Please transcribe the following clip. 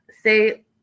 say